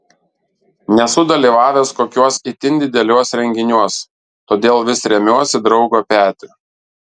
nesu dalyvavęs kokiuos itin dideliuos renginiuos todėl vis remiuos į draugo petį